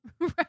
Right